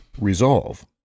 resolve